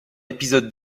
épisode